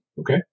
Okay